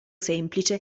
semplice